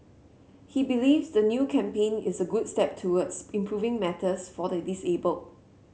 he believes the new campaign is a good step towards improving matters for the disabled